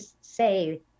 say